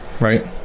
right